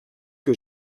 que